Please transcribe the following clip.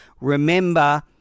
Remember